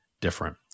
different